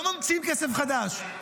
לא ממציאים כסף חדש.